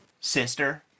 sister